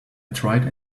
tried